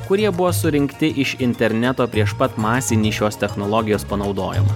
kurie buvo surinkti iš interneto prieš pat masinį šios technologijos panaudojimą